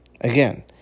Again